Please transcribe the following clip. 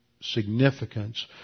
significance